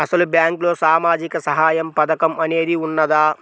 అసలు బ్యాంక్లో సామాజిక సహాయం పథకం అనేది వున్నదా?